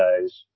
guys